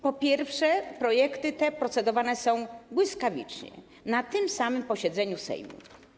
Po pierwsze, projekty te procedowane są błyskawicznie na tym samym posiedzeniu Sejmu.